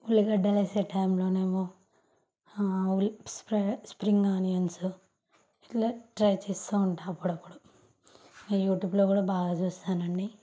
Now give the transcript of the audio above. ఉల్లిగడ్డలు వేసే టైంలో ఏమో స్ప్రింగ్ ఆనియన్స్ ఇలా ట్రై చేస్తూ ఉంటాను అప్పుడప్పుడు యూట్యూబ్లో కూడా బాగా చూస్తానండి